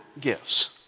gifts